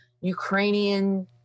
ukrainian